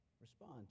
Respond